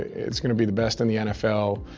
it's gonna be the best in the nfl.